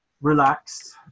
relaxed